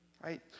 right